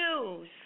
news